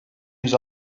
yüz